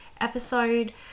episode